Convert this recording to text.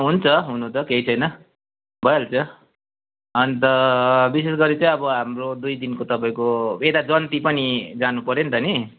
हुन्छ हुनु त केही छैन भइहाल्छ अन्त विशेषगरी चाहिँ अब हाम्रो दुई दिनको तपाईँको यता जन्ती पनि जानु पऱ्यो नि त नि